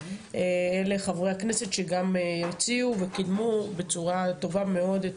אלה חברי הכנסת שגם הציעו וקידמו בצורה טובה מאוד את